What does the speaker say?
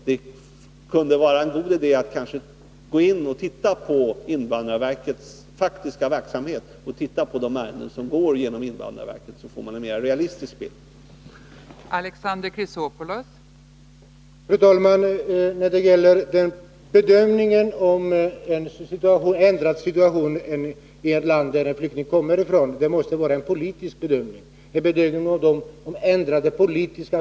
Det skulle kanske vara en god idé att studera invandrarverkets faktiska verksamhet och de ärenden som går genom invandrarverket. Då får man en mer realistisk bild av verkligheten.